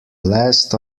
last